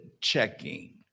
checking